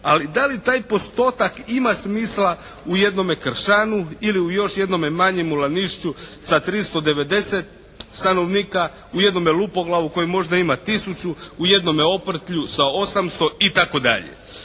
ali da li taj postotak ima smisla u jednome Kršanu ili u još jednome manjemu Lanišću sa 390 stanovnika, u jednome Lupoglavu koji možda ima tisuću, u jednome Oprtlju sa 800 itd.